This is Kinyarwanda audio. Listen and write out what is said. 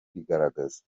kwigaragaza